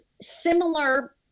similar